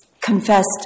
confessed